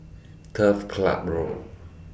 Turf Club Road